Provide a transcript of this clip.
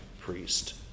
priest